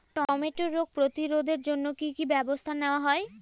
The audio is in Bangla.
টমেটোর রোগ প্রতিরোধে জন্য কি কী ব্যবস্থা নেওয়া হয়?